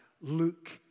Luke